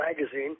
magazine